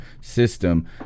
system